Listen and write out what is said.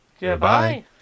Goodbye